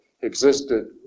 existed